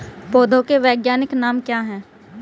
पौधों के वैज्ञानिक नाम क्या हैं?